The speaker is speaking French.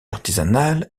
artisanale